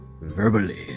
verbally